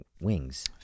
wings